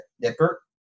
nipper